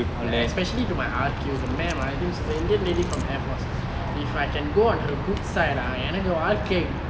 ya especially to my R_Q the madam ah the indian lady from the air force if I can go on her good side ah எனக்கு வாழ்கை:enakku vaalkai